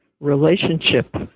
relationship